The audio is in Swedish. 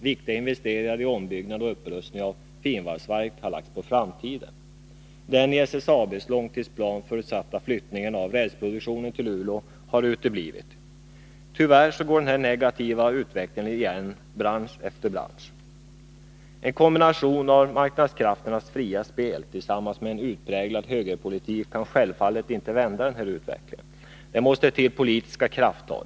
Viktiga investeringar i ombyggnad och upprustning av finvalsverket har lagts på framtiden. Den i Tyvärr går den här negativa utvecklingen igen i bransch efter bransch. En kombination av marknadskrafternas fria spel tillsammans med en utpräglad högerpolitik kan självfallet inte vända den här utvecklingen. Det måste till politiska krafttag.